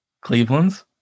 Cleveland's